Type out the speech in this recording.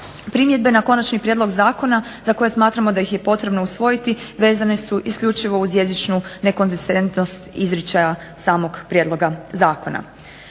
Primjedbe na konačni prijedlog zakona za koji smatramo da ih je potrebno usvojiti vezane su isključivo uz jezičnu nekonzistentnost izričaja samog prijedloga zakona.